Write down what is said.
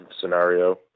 scenario